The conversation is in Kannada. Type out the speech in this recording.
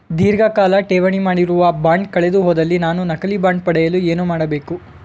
ಧೀರ್ಘಕಾಲ ಠೇವಣಿ ಮಾಡಿರುವ ಬಾಂಡ್ ಕಳೆದುಹೋದಲ್ಲಿ ನಾನು ನಕಲಿ ಬಾಂಡ್ ಪಡೆಯಲು ಏನು ಮಾಡಬೇಕು?